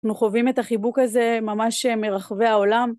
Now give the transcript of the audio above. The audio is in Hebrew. אנחנו חווים את החיבוק הזה ממש מרחבי העולם.